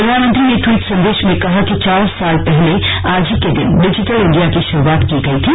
प्रधानमंत्री ने ट्वीट संदेश में कहा कि चार वर्ष पहले आज ही के दिन डिजिटल इंडिया की शुरूआत की गई थी